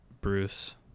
Bruce